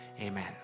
amen